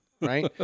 right